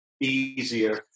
easier